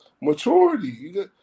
Maturity